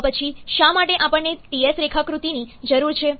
તો પછી શા માટે આપણને Ts રેખાકૃતિની જરૂર છે